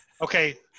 okay